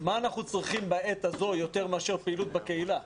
מה אנחנו צריכים בעת הזאת יותר מאשר פעילות בקהילה?